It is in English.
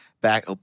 back